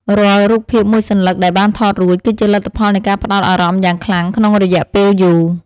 រាល់រូបភាពមួយសន្លឹកដែលបានថតរួចគឺជាលទ្ធផលនៃការផ្ដោតអារម្មណ៍យ៉ាងខ្លាំងក្នុងរយៈពេលយូរ។